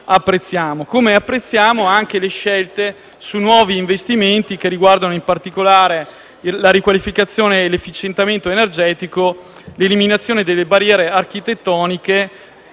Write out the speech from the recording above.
modo, apprezziamo le scelte su nuovi investimenti che riguardano, in particolare, la riqualificazione e l'efficientamento energetico, l'eliminazione delle barriere architettoniche